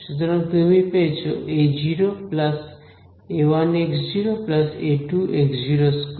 সুতরাং তুমি পেয়েছো a0 a1x0 a2x02